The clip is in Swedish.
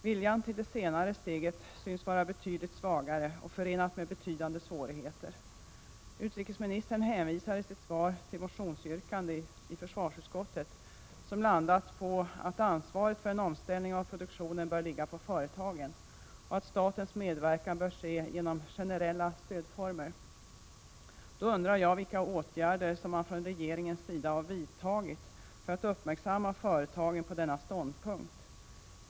Viljan till det senare steget synes vara betydligt svagare och förenad med betydande svårigheter. Utrikesministern hänvisar i sitt svar till motionsyrkanden i försvarsutskottet, vilka går ut på att ansvaret för en omställning av produktionen bör ligga på företagen, och att statens medverkan bör ske genom generella stödformer. Då undrar jag vilka åtgärder som man från regeringens sida har vidtagit för att göra företagen uppmärksamma på denna ståndpunkt.